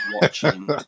watching